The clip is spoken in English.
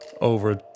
over